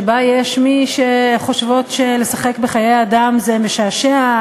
שבה יש מי שחושבות שלשחק בחיי אדם זה משעשע,